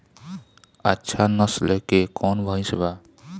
अच्छा नस्ल के कौन भैंस बा?